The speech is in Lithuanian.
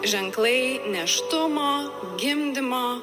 ženklai nėštumo gimdymo